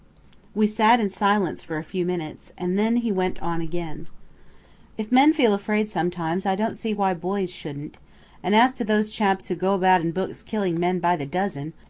we sat in silence for a few minutes, and then he went on again if men feel afraid sometimes i don't see why boys shouldn't and as to those chaps who go about in books killing men by the dozen,